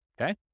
Okay